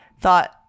thought